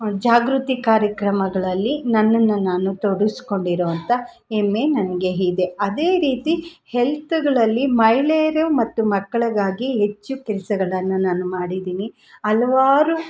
ಜಾಗೃತಿ ಕಾರ್ಯಕ್ರಮಗಳಲ್ಲಿ ನನ್ನನ್ನು ನಾನು ತೊಡಗಿಸ್ಕೊಂಡಿರೋಂಥ ಹೆಮ್ಮೆ ನನಗೆ ಇದೆ ಅದೇ ರೀತಿ ಹೆಲ್ತ್ಗಳಲ್ಲಿ ಮಹಿಳೆಯರೆ ಮತ್ತು ಮಕ್ಕಳಿಗಾಗಿ ಹೆಚ್ಚು ಲಸಗಳನ್ನ ನಾನು ಮಾಡಿದ್ದೀನಿ ಹಲ್ವಾರು